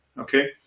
Okay